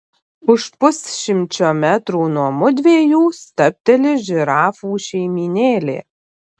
už pusšimčio metrų nuo mudviejų stabteli žirafų šeimynėlė